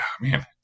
man